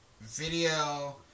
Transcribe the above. video